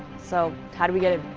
so how do we get it